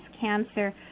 cancer